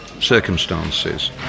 circumstances